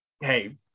Hey